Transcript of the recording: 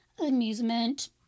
amusement